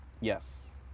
Yes